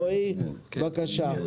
רועי בבקשה.